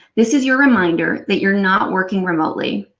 this is your reminder that you're not working remotely,